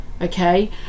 Okay